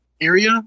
area